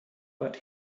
but